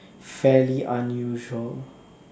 fairly unusual